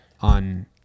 on